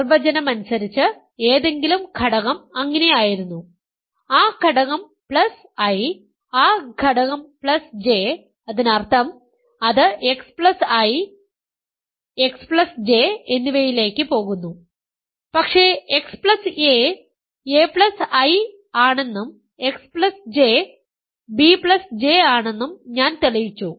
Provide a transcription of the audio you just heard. നിർവചനം അനുസരിച്ച് ഏതെങ്കിലും ഘടകം അങ്ങനെ ആയിരുന്നു ആ ഘടകം പ്ലസ് I ആ ഘടകം പ്ലസ് J അതിനർത്ഥം അത് xI I xJ എന്നിവയിലേക്ക് പോകുന്നു പക്ഷേ xa aI ആണെന്നും xJ bJ ആണെന്നും ഞാൻ തെളിയിച്ചു